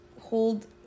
hold